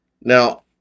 Now